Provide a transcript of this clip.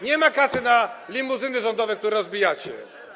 Nie ma kasy na limuzyny rządowe, które rozbijacie.